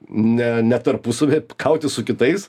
ne ne tarpusavyje kautis su kitais